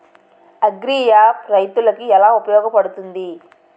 Agri app రైతులకి ఏలా ఉపయోగ పడుతుంది?